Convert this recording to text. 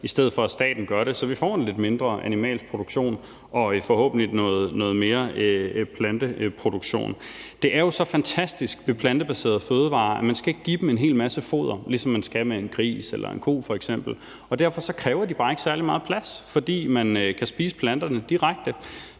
i stedet for at staten gør det, så vi får en lidt mindre animalsk produktion og forhåbentlig noget mere planteproduktion. Det er jo så fantastisk med plantebaserede fødevarer, at man ikke skal give dem en hel masse foder, som man skal med en gris eller en ko f.eks., og derfor kræver de bare ikke særlig meget plads, fordi man kan spise planterne direkte.